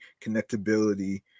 connectability